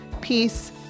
peace